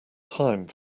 time